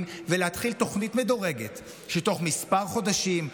ולהתחיל תוכנית מדורגת שבתוך כמה חודשים,